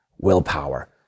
Willpower